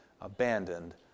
abandoned